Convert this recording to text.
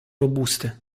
robuste